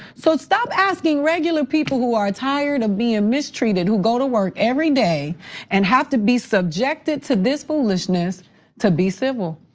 so stop asking regular people who are tired of being ah mistreated, who go to work every day and have to be subjected to this foolishness to be civil.